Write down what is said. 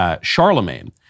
Charlemagne